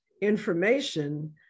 information